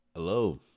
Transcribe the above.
Hello